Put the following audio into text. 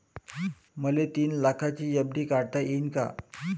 मले तीन लाखाची एफ.डी काढता येईन का?